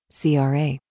CRA